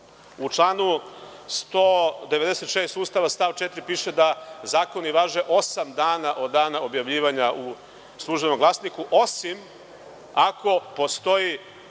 članu 196. Ustava stav 4. piše da zakoni važe osam dana od dana objavljivanja u „Službenom glasniku“, osim ako postoji